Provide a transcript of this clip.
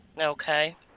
Okay